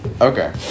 Okay